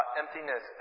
emptiness